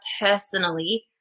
personally